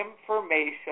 information